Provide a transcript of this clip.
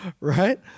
Right